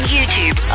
YouTube